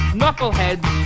knuckleheads